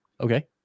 okay